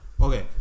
Okay